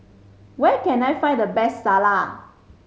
where can I find the best Salsa